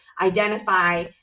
identify